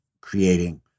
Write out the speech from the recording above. creating